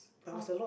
oh